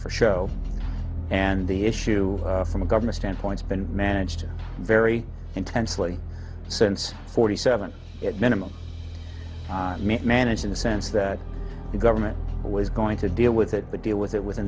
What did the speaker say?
for show and the issue from government standpoints been managed very intensely since forty seven at minimum managed in the sense that the government was going to deal with it but deal with it with